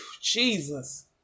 Jesus